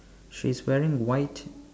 she's wearing white